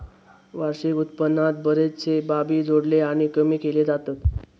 वार्षिक उत्पन्नात बरेचशे बाबी जोडले आणि कमी केले जातत